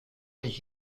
was